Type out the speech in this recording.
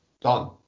Done